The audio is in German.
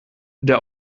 der